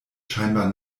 scheinbar